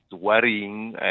worrying